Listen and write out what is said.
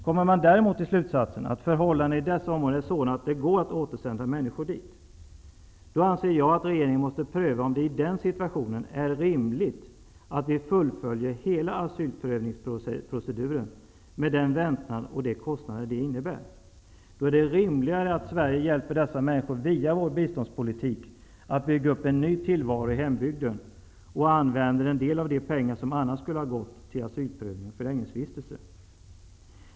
Kommer man däremot till slutsatsen att förhållandena i dessa områden är sådana att det går att återsända människor dit, anser jag att regeringen måste pröva om det i den situationen är rimligt att vi fullföljer hela asylprövningsproceduren med den väntan och de kostnader det innebär. Då är det rimligare att vi i Sverige via vår biståndspolitik hjälper dessa människor att bygga upp en ny tillvaro i hembygden och använder en del av de pengar som annars skulle ha gått till asylprövning och förläggningsvistelse.